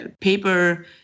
paper